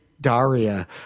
Daria